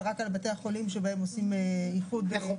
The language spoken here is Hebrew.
כמובן שאף אחד לא עושה שום דבר מרוע,